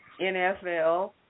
NFL